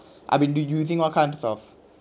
I've been reducing all kinds of